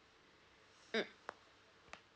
mm